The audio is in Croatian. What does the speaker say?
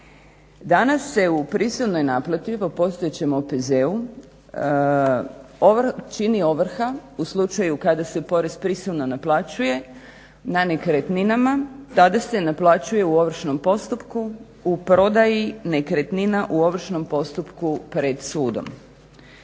Danas se u prisilnoj naplati po postojećem OPZ-u čini ovrha u slučaju kada se porez prisilno naplaćuje na nekretninama, tada se naplaćuje u ovršnom postupku, u prodaji nekretnina u ovršnom postupku pred sudom.